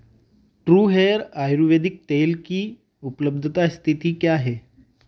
true hair आयुर्वेदिक तेल की उपलब्धता स्थिति क्या है